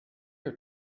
your